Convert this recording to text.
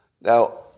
Now